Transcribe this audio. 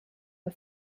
her